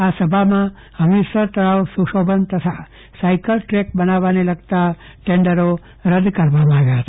આ સભામાં હમીરસર તળાવ સુશોભન તથા સાઈકલ ટ્રેક બનાવવાને લગતા ટેન્ડરો રદ કરાયા હતા